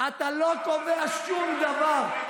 אתה לא קובע שום דבר.